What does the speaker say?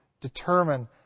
determine